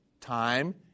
time